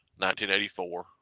1984